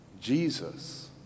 Jesus